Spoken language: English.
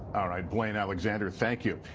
ah right, blayne alexander, thank you.